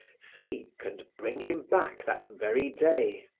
seek and bring him back that very day.